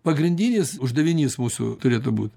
pagrindinis uždavinys mūsų turėtų būt